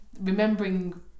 remembering